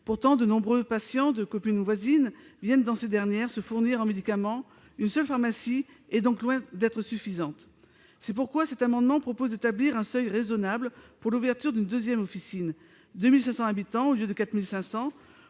Pourtant, de nombreux patients de communes voisines viennent dans ces dernières se fournir en médicaments. Une seule pharmacie est donc loin d'être suffisante. C'est pourquoi, par cet amendement, nous proposons d'établir un seuil raisonnable pour l'ouverture d'une deuxième officine : 2 500 habitants au lieu de 4 500.